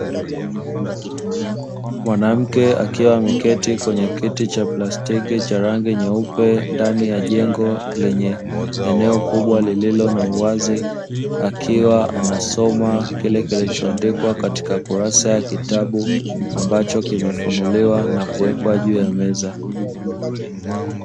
Mwanamke akiwa ameketi kwenye kiti cha plastiki cha rangi myeupe ndani ya jengo lenye eneo kubwa, lililo na uwazi akiwa anasoma kile kilichoandikwa katika kurasa ya kitabu ambacho limefunguliwa na kuwekwa juu ya meza.